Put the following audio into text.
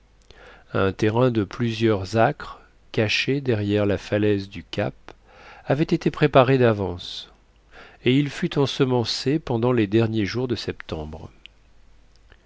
un terrain de plusieurs acres caché derrière la falaise du cap avait été préparé d'avance et il fut ensemencé pendant les derniers jours de septembre